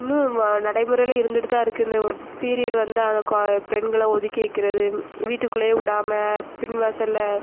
இன்னும் வ நடைமுறையில் இருந்துகிட்டு தான் இருக்கு இந்த ஓ பீரியட் வந்தால் அதை கொ பெண்களை ஒதுக்கி வைக்கிறது வீட்டுக்குள்ளேயே விடாம பின்வாசலில்